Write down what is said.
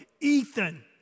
Ethan